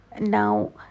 Now